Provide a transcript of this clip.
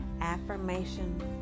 affirmation